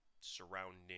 surrounding